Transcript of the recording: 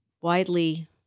widely